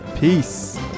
Peace